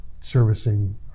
servicing